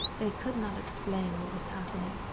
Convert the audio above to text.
they could not explain what was happening.